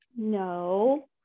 No